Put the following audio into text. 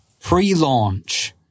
pre-launch